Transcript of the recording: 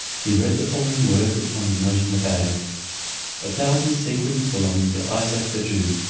he read the following words upon a note in the bag a thousand sequins belonging to isaac the jew.